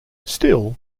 still